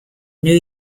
new